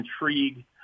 intrigue